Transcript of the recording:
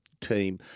team